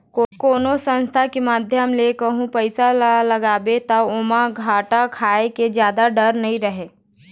कोनो संस्था के माध्यम ले कहूँ पइसा ल लगाबे ता ओमा घाटा खाय के जादा डर नइ रहय